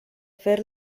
fer